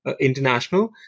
International